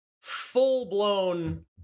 full-blown